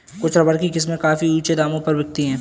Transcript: कुछ रबर की किस्में काफी ऊँचे दामों पर बिकती है